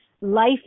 life